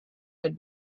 had